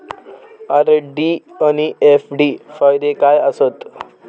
RD आनि FD फायदे काय आसात?